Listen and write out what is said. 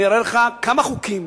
אני אראה לך כמה חוקים,